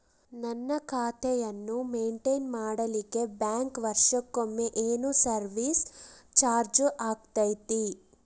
ನನ್ನ ಖಾತೆಯನ್ನು ಮೆಂಟೇನ್ ಮಾಡಿಲಿಕ್ಕೆ ಬ್ಯಾಂಕ್ ವರ್ಷಕೊಮ್ಮೆ ಏನು ಸರ್ವೇಸ್ ಚಾರ್ಜು ಹಾಕತೈತಿ?